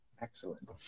Excellent